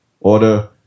Order